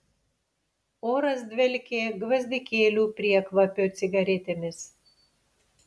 oras dvelkė gvazdikėlių priekvapio cigaretėmis